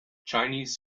chinese